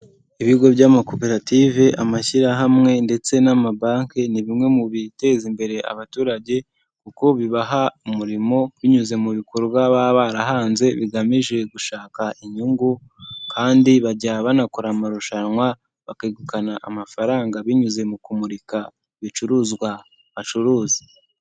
Ibigo by'amakoperative, amashyirahamwe ndetse n'amabanki ni bimwe mu biteza imbere abaturage kuko bibaha umurimo binyuze mu bikorwa baba barahanze bigamije gushaka inyungu kandi bajya banakora amarushanwa bakegukana amafaranga binyuze mu kumurika ibicuruzwa bacuruza.